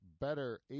better